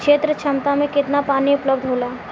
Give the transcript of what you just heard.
क्षेत्र क्षमता में केतना पानी उपलब्ध होला?